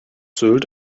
sylt